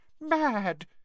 Mad